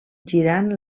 girant